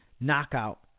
knockout